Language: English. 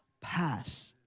pass